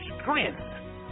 strength